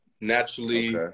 naturally